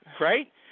right